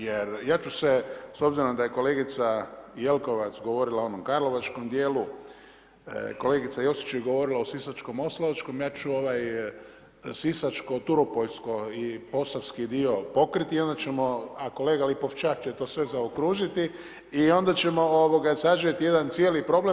Jer ja ću se s obzirom da je kolegica Jelkovac govorila o onom karlovačkom dijelu, kolegica Josić je govorila o Sisačko moslavačkom, ja ću ovaj sisačko turopoljsko i posavski dio pokriti i onda ćemo, a kolega Lipošćak će to sve zaokružiti i onda ćemo sažeti jedan cijeli problem.